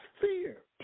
fear